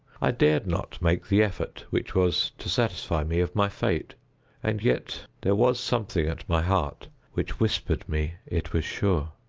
i dared not make the effort which was to satisfy me of my fate and yet there was something at my heart which whispered me it was sure.